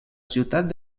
ciutat